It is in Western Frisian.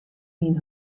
myn